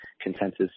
consensus